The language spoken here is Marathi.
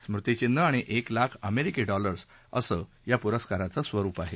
स्मृतीचिन्ह आणि एक लाख अमेरिकी डॉलर असं या पुरस्काराचं स्वरुप आहे